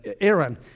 Aaron